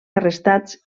arrestats